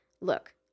Look